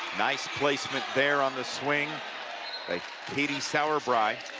nice placement there on the swing by katie sauerbrei